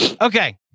Okay